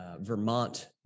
Vermont